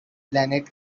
planet